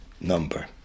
number